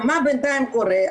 מה בינתיים קורה?